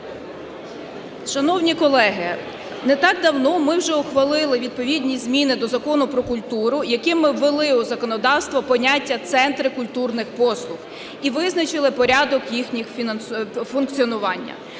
Шановні колеги, не так давно ми вже ухвалили відповідні зміни до Закону "Про культуру", яким ми ввели в законодавство поняття "центри культурних послуг" і визначили порядок їх функціонування.